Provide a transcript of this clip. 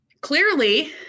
clearly